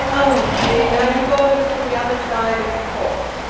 oh dear! now you go over to the other side of the court.